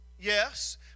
Yes